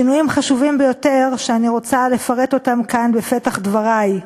שינויים חשובים ביותר שאני רוצה לפרט אותם כאן בפתח דברי.